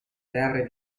terre